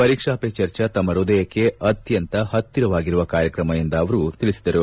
ಪರೀಕ್ಷಾ ಪೇ ಚರ್ಚಾ ತಮ್ಮ ಪೃದಯಕ್ಕೆ ಅತ್ಯಂತ ಪತ್ತಿರವಾಗಿರುವ ಕಾರ್ಯಕ್ರಮ ಎಂದು ಅವರು ತಿಳಿಸಿದರು